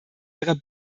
ihrer